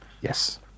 Yes